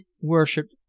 worshipped